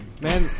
Man